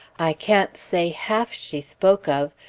i can't say half she spoke of,